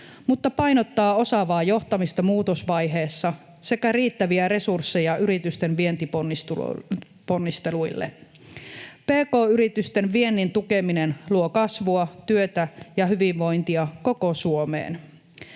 mutta painottaa osaavaa johtamista muutosvaiheessa sekä riittäviä resursseja yritysten vientiponnisteluille. Pk-yritysten viennin tukeminen luo kasvua, työtä ja hyvinvointia koko Suomeen.